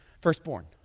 Firstborn